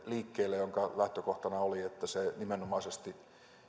liikkeelle tietoyhteiskuntahankkeen jonka lähtökohtana oli että se nimenomaisesti